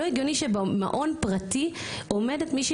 לא הגיוני שבמעון פרטי עומדת מישהי